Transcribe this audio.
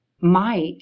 Mike